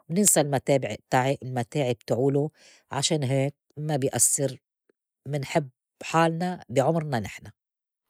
وننسى المتابع- تاع- المتاعب تعوله عشان هيك ما بي أسّر منحب حالنا بي عُمرنا نحن.